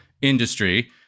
industry